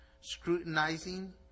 Scrutinizing